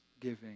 giving